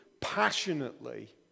passionately